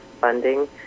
funding